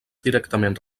directament